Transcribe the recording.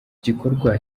gikorwa